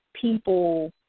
people